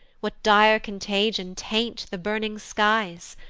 what dire contagion taint the burning skies?